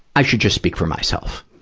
i should just speak for myself.